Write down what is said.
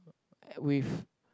with